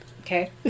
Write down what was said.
okay